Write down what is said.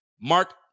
Mark